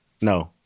No